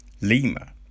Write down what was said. Lima